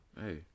hey